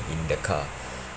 in the car